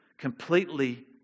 completely